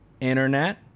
Internet